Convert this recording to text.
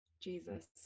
Jesus